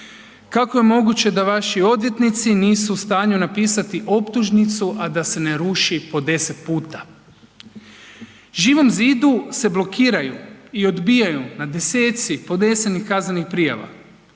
Kako je moguće da vaši odvjetnici nisu u stanju napisati optužnicu, a da se ne ruši po 10 puta? Živom zidu se blokiraju i odbijaju na 10-ci podnesenih kaznenih prijava,